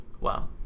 Wow